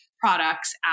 products